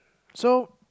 so